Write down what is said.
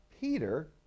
Peter